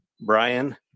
Brian